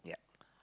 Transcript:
yup